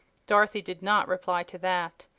dorothy did not reply to that.